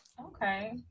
Okay